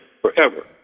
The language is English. forever